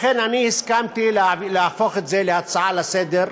לכן הסכמתי להפוך את זה להצעה לסדר-היום,